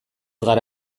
gara